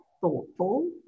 thoughtful